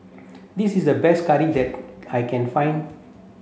this is the best curry that I can find